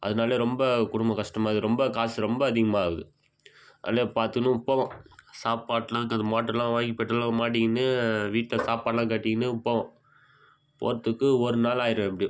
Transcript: அதனாலே ரொம்ப குடும்ப கஷ்டமாக இருக்குது ரொம்ப காசு ரொம்ப அதிகமாக ஆகுது அதனால பார்த்துக்குன்னு போவோம் சாப்பாடெலாம் இருக்காது மோட்ருலாம் வாங்கி பெட்ரோல்லாம் மாட்டிக்கின்னு வீட்டில் சாப்பாடெலாம் கட்டிக்கின்னு போவோம் போகிறத்துக்கு ஒரு நாள் ஆயிடும் எப்படியும்